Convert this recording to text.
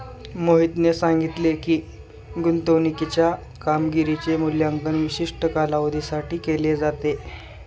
मोहितने सांगितले की, गुंतवणूकीच्या कामगिरीचे मूल्यांकन विशिष्ट कालावधीसाठी केले जाते